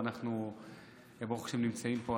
ואנחנו ברוך השם נמצאים פה,